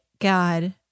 God